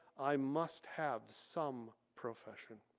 i must have some profession.